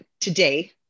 today